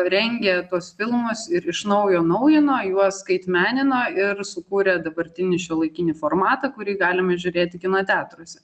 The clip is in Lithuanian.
rengia tuos filmus ir iš naujo naujino juos skaitmenino ir sukūrė dabartinį šiuolaikinį formatą kurį galime žiūrėti kino teatruose